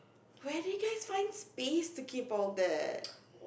where did you guys find space to keep all that